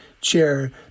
chair